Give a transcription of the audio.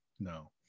no